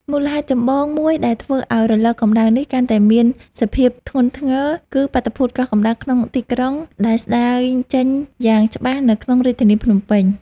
មូលហេតុចម្បងមួយដែលធ្វើឱ្យរលកកម្ដៅនេះកាន់តែមានសភាពធ្ងន់ធ្ងរ គឺបាតុភូតកោះកម្ដៅក្នុងទីក្រុង ដែលស្តែងចេញយ៉ាងច្បាស់នៅក្នុងរាជធានីភ្នំពេញ។